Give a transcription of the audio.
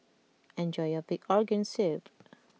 enjoy your Pig Organ Soup